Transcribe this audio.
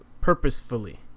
purposefully